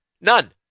None